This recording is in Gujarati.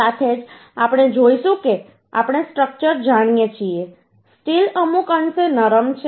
સાથે જ આપણે જોઈશું કે આપણે સ્ટ્રક્ચર જાણીએ છીએ સ્ટીલ અમુક અંશે નરમ છે